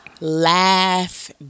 laugh